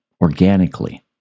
organically